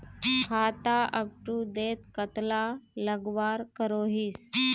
खाता अपटूडेट कतला लगवार करोहीस?